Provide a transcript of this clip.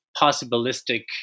possibilistic